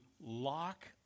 lock